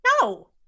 No